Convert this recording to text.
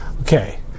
Okay